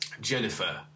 Jennifer